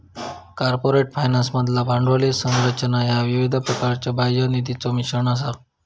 corporate फायनान्समधला भांडवली संरचना ह्या विविध प्रकारच्यो बाह्य निधीचो मिश्रण असा